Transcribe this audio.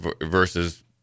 versus